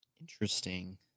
interesting